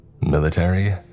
Military